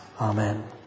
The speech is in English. Amen